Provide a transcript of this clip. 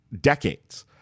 decades